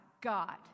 God